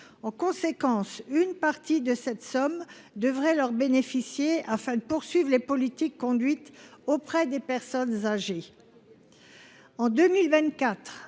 En conséquence, une partie de cette somme devrait leur bénéficier afin de poursuivre les politiques conduites auprès des personnes âgées. En 2024,